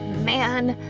man.